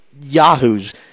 yahoos